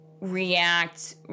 react